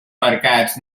mercats